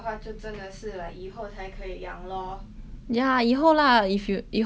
ya 以后 lah if you 以后你自己买一个房子好没有 nobody care